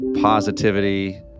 positivity